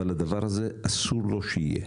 אבל הדבר הזה אסור לו שיהיה.